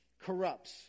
corrupts